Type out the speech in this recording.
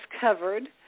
covered